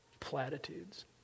Platitudes